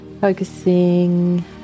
focusing